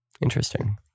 Interesting